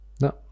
no